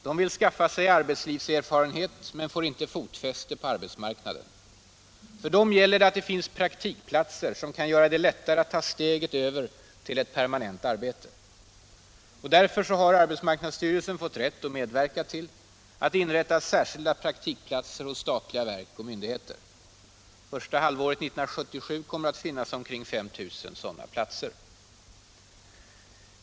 De vill skaffa sig arbetslivserfarenhet men får inte fotfäste på arbetsmarknaden. För dem gäller det att det finns praktikplatser, som kan göra det lättare att ta steget över till ett permanent arbete. Därför har arbetsmarknadsstyrelsen fått rätt att medverka till att det inrättas särskilda praktikplatser hos statliga verk och myndigheter. Första halvåret 1977 kommer det att finnas 5000 sådana platser.